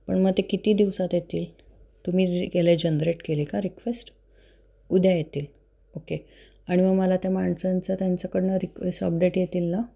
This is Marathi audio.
पण मग ते किती दिवसात येतील तुम्ही जे केले जनरेट केली का रिक्वेस्ट उद्या येतील ओके आणि मग मला त्या माणसांचं त्यांच्याकडनं रिक्वेस अपडेट येतील ना